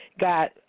got